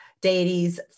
deities